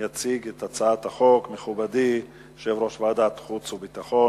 יציג את הצעת החוק מכובדי יושב-ראש ועדת חוץ וביטחון,